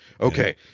Okay